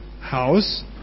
house